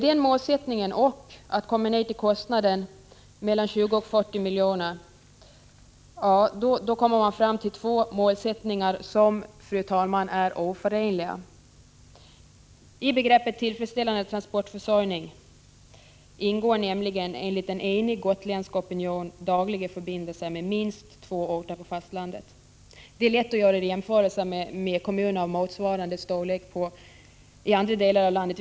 Den målsättningen och målsättningen att kostnaden bör rymmas inom den kostnadsram jag angav — 20-40 milj.kr. — är, fru talman, oförenliga. I begreppet tillfredsställande transportförsörjning ingår nämligen enligt en enig gotländsk opinion dagliga förbindelser med minst två orter på fastlandet. Det är lätt att göra jämförelser med kommuner av motsvarande storlek i andra delar av landet.